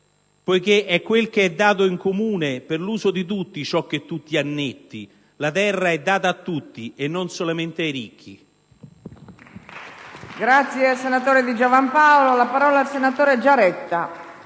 Poiché è quel che è dato in comune per l'uso di tutti ciò che tu ti annetti. La terra è data a tutti e non solamente ai ricchi».